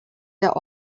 der